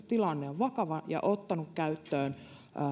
tilanne on vakava ja ottanut käyttöön